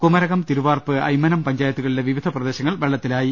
കുമരകം തിരുവാർപ്പ് അയ്മനം പഞ്ചായത്തുകളിലെ വിവിധ പ്രദേശങ്ങൾ വെള്ളത്തിലായി